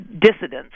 dissidents